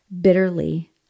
bitterly